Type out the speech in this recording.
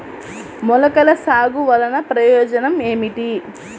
మొలకల సాగు వలన ప్రయోజనం ఏమిటీ?